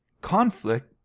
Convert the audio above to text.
conflict